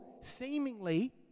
seemingly